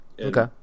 Okay